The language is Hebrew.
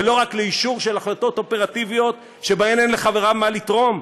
ולא רק לאישור של החלטות אופרטיביות שבהן אין לחבריו מה לתרום?